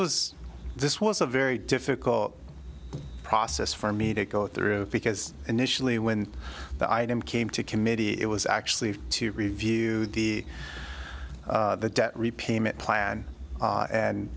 was this was a very difficult process for me to go through because initially when the item came to committee it was actually to review the the debt repayment plan